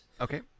okay